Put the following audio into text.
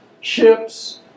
ships